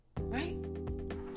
right